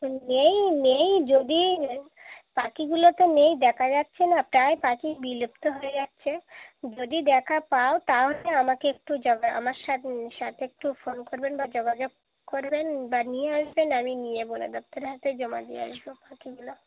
হুম নেই নেই যদি পাখিগুলো তো নেই দেখা যাচ্ছে না তাই পাখি বিলুপ্ত হয়ে যাচ্ছে যদি দেখা পাও তাহলে আমাকে একটু জানা আমার সাথে সাথে একটু ফোন করবেন বা যোগাযোগ করবেন বা নিয়ে আসবেন আমি নিয়ে বন দপ্তরের হাতে জমা দিয়ে আসবো পাখিগুলো